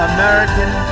American